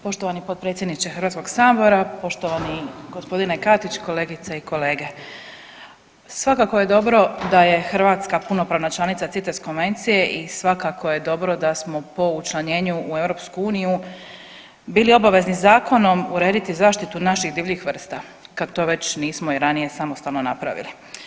Poštovani potpredsjedniče Hrvatskog sabora, poštovani gospodine Katić, kolegice i kolege, svakako je dobro da je Hrvatska punopravna članica CITES konvencije i svakako je dobro da smo po učlanjenju u EU bili obavezni zakonom urediti zaštitu naših divljih vrsta kad to već nismo i ranije samostalno napravili.